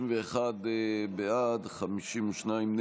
אינו נוכח ואליד אלהואשלה,